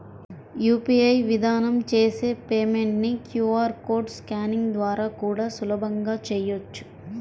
UPI విధానం చేసే payment ని క్యూ.ఆర్ కోడ్ స్కానింగ్ ద్వారా కూడా సులభంగా చెయ్యొచ్చు